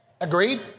Agreed